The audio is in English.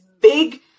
big